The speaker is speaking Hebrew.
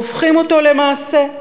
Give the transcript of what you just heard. והופכים אותה למעשה,